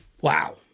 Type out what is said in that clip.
wow